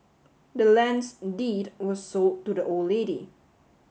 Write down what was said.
the land's deed was sold to the old lady